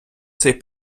цей